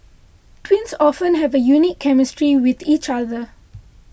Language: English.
twins often have a unique chemistry with each other